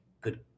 good